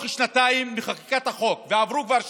תוך שנתיים מחקיקת החוק, ועברו כבר שנתיים,